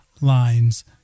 lines